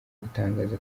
gutangaza